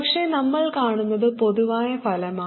പക്ഷേ നമ്മൾ കാണുന്നത് പൊതുവായ ഫലമാണ്